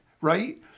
right